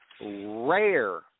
rare